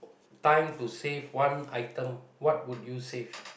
time to save one item what would you save